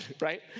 right